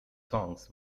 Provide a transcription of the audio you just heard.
songs